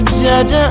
judge